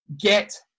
Get